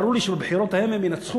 והיה ברור לי שבבחירות ההן הם ינצחו,